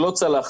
שלא צלח,